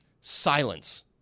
silence